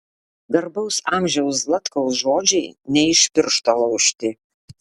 garbaus amžiaus zlatkaus žodžiai ne iš piršto laužti